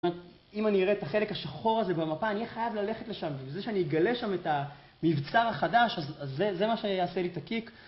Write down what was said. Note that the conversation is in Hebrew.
אם אני אראה את החלק השחור הזה במפה, אני חייב ללכת לשם ובזה שאני אגלה שם את המבצר החדש, אז זה מה שיעשה לי את הקיק.